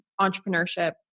entrepreneurship